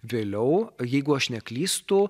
vėliau jeigu aš neklystu